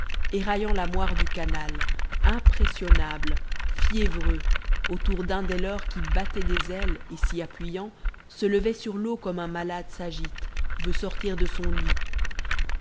éraillant la moire du canal impressionnables fiévreux autour d'un des leurs qui battait des ailes et s'y appuyant se levait sur l'eau comme un malade s'agite veut sortir de son lit